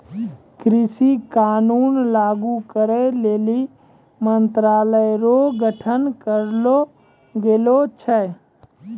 कृषि कानून लागू करै लेली मंत्रालय रो गठन करलो गेलो छै